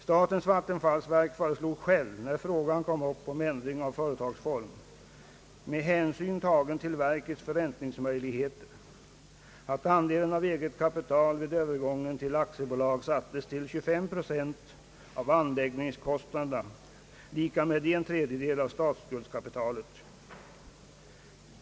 När frågan om ändrad företagsform togs upp till diskussion föreslog statens vattenfallsverk — med hänsyn till verkets förräntningsmöjligheter — att andelen av eget kapital vid övergång till aktiebolag fastställdes till 25 procent av anläggningskostnaderna, vilket är lika med en tredjedel av statsskuldkapitalet.